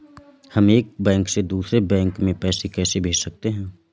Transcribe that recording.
हम एक बैंक से दूसरे बैंक में पैसे कैसे भेज सकते हैं?